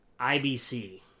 IBC